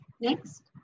Next